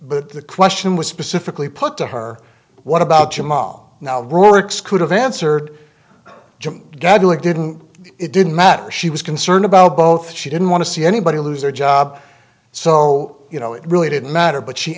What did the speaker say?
but the question was specifically put to her what about your mom now works could have answered jim god like didn't it didn't matter she was concerned about both she didn't want to see anybody lose their job so you know it really didn't matter but she